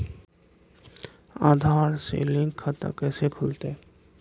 आधार से लिंक खाता कैसे खुलते?